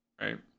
right